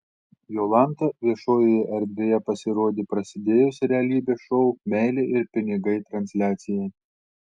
jolanta viešojoje erdvėje pasirodė prasidėjus realybės šou meilė ir pinigai transliacijai